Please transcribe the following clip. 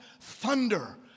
thunder